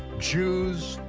jews,